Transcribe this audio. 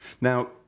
Now